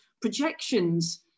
projections